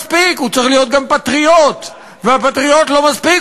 בלשכה לסטטיסטיקה לא צריכים להיקרא ממשלתיים אלא לאומיים.